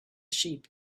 sheep